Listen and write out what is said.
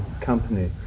company